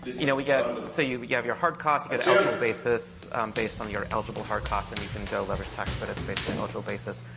you know we get so you but you have your hard cost. you get eligible basis based on your eligible hard costs and you can go leverage tax credits based on on eligible basis.